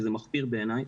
שזה מחפיר בעיניי,